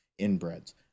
inbreds